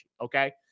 Okay